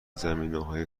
زمینههای